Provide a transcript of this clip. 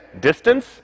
distance